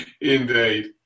Indeed